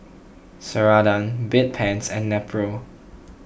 Ceradan Bedpans and Nepro